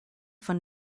von